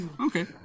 okay